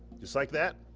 just like that.